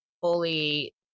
fully